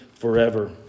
forever